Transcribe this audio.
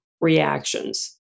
reactions